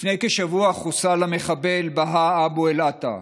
לפני כשבוע חוסל המחבל בהאא אבו אל-עטא.